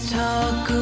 talk